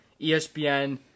ESPN